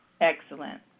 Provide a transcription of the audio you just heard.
Excellent